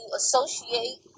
associate